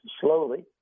slowly